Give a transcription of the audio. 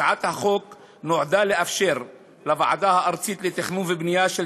הצעת החוק נועדה לאפשר לוועדה הארצית לתכנון ובנייה של